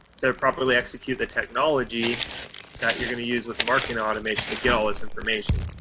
to properly execute the technology that you're going to use with the marketing automation to get all this information,